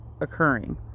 occurring